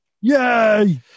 Yay